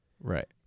Right